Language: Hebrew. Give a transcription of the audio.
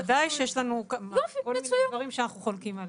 בוודאי שיש לנו כל מיני דברים שאנחנו חולקים עליהם.